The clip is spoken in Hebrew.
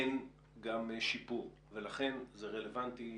אין שיפור ולכן זה מאוד רלוונטי.